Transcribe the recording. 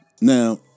Now